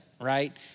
right